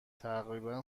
تقریبا